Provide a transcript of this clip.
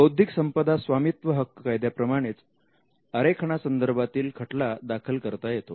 बौद्धिक संपदा स्वामित्व हक्क कायद्याप्रमाणेच अरेखना संदर्भातील खटला दाखल करता येतो